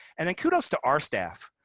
and then kudos to our staff.